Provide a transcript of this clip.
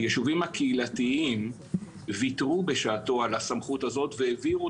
היישובים הקהילתיים ויתרו בשעתו על הסמכות הזאת והעבירו